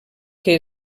que